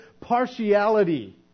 partiality